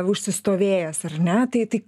užsistovėjęs ar ne tai tai